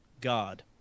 god